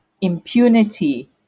impunity